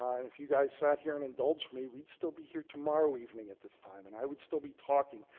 and if you guys sat here and indulged me, we'd still be here tomorrow evening at this time and i would still be talking.